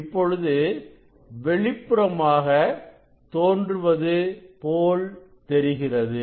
இப்பொழுது வெளிப்புறமாக தோன்றுவது போல் தெரிகிறது